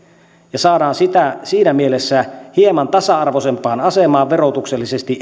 ja saadaan siinä mielessä eri yritysmuodot hieman tasa arvoisempaan asemaan verotuksellisesti